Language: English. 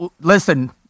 Listen